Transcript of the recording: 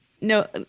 No